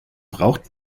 braucht